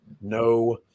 No